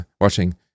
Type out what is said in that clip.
watching